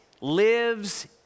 lives